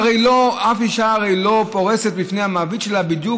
אף אישה הרי לא פורסת בפני המעביד שלה בדיוק